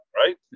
right